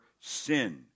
sin